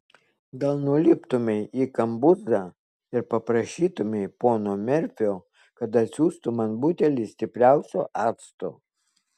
gal nuliptumei į kambuzą ir paprašytumei pono merfio kad atsiųstų man butelį stipriausio acto